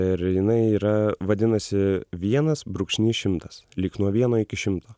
ir jinai yra vadinasi vienas brūkšnys šimtas lyg nuo vieno iki šimto